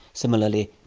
similarly,